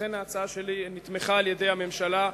אכן ההצעה שלי נתמכה על-ידי הממשלה.